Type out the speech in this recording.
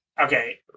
Okay